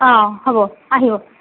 অঁ হ'ব আহিব